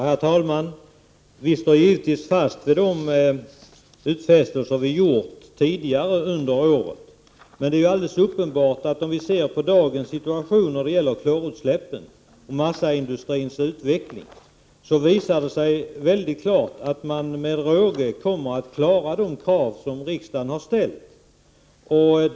Herr talman! Vi står givetvis fast vid de utfästelser vi gjort tidigare under året. Det är alldeles uppenbart att om vi ser på dagens situation när det gäller klorutsläppen från massaindustrin framstår det som mycket klart att industrin med råge kommer att klara de krav riksdagen uppställt.